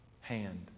hand